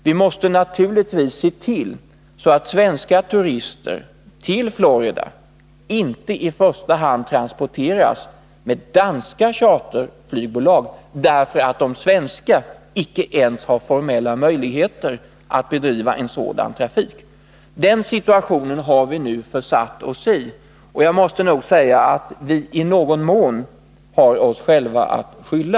Vi måste naturligtvis se till att svenska turister till Florida inte i första hand transporteras med danska charterflygbolag, därför att de svenska icke ens har formella möjligheter att bedriva en sådan trafik. Den situationen har vi nu försatts i, och vi har nog i viss mån tyvärr oss själva att skylla.